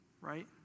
right